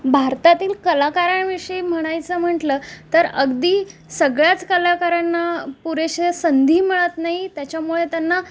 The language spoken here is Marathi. भारतातील कलाकारांविषयी म्हणायचं म्हटलं तर अगदी सगळ्याच कलाकारांना पुरेशे संधी मिळत नाही त्याच्यामुळे त्यांना